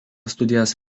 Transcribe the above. studijas